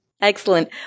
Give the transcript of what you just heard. Excellent